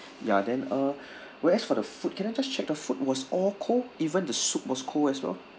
ya then uh whereas for the food can I just check the food was all cold even the soup was cold as well